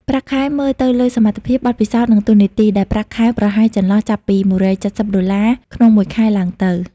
ប្រាក់ខែមើលទៅលើសមត្ថភាព បទពិសោធន៍ និងតួនាទី ដែលប្រាក់ខែប្រហែលចន្លោះចាប់ពី១៧០ដុល្លារក្នុងមួយខែឡើងទៅ។